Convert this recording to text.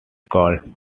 called